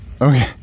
Okay